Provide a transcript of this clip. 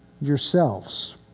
yourselves